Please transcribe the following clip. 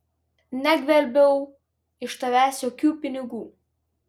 negvelbiau iš tavęs jokių pinigų